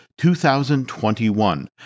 2021